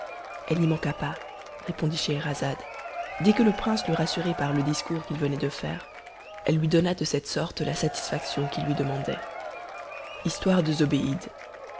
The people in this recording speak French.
elle n'y manqua pas répondit scheherazade dès que le prince l'eut rassurée par le discours qu'il venait de faire elle lui donna de cette sorte la satisfaction qu'il lui demandait histoire